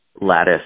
lattice